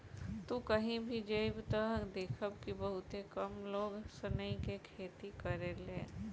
तू कही भी जइब त देखब कि बहुते कम लोग सनई के खेती करेले